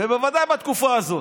ובוודאי בתקופה הזאת.